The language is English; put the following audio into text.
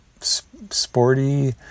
sporty